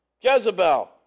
Jezebel